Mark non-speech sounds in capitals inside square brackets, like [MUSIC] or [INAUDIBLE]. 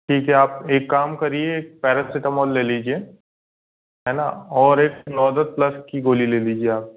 ठीक है आप एक काम करिए पेरासिटामॉल ले लीजिए है न और एक [UNINTELLIGIBLE] प्लस की गोली ले लीजिए आप